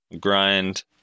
grind